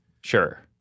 Sure